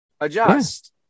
adjust